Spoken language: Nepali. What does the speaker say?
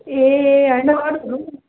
ए होइन अरूहरू पनि